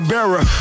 Bearer